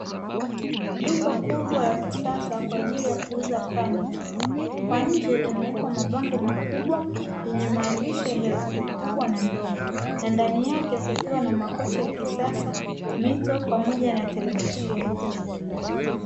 Duka kubwa la kisasa kwa ajili ya kuuza fanicha, kwa nje limewekwa mabango makubwa, yenye maandishi ya herufi kubwa na ndogo, na ndani yake kukiwa na makochi ya kisasa, mito, pamoja na televisheni.